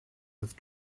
with